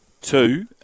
two